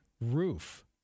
roof